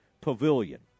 Pavilion